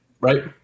Right